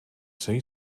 say